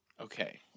Okay